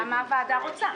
השאלה מה הוועדה רוצה.